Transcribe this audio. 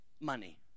money